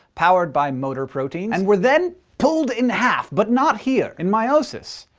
powered by motor proteins, and were then pulled in half. but not here. in meiosis,